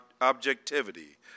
objectivity